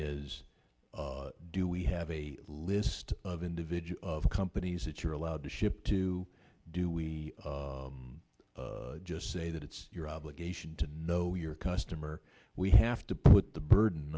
is do we have a list of individual companies that you're allowed to ship to do we just say that it's your obligation to know your customer we have to put the burden